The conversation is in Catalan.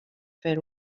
fer